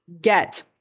get